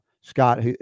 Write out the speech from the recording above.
Scott